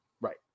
right